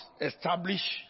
establish